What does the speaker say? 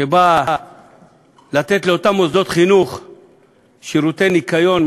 שבא לתת לאותם מוסדות חינוך שירותי ניקיון,